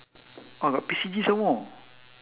!wah! got P_C_G some more